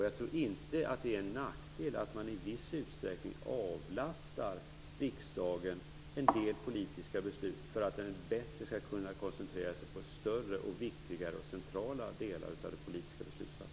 Det är inte till nackdel att i viss utsträckning avlasta riksdagen en del politiska beslut, så att den bättre kan koncentrera sig på större, viktigare och centralare delar av beslutsfattandet.